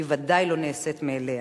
היא ודאי לא נעשית מאליה.